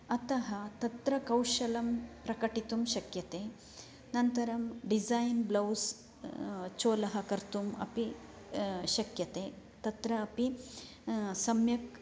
अतः तत्र कौशलं प्रकटितुं शक्यते अनन्तरं डिज़ैन् ब्लौस् चोलः कर्तुम् अपि शक्यते तत्र अपि सम्यक्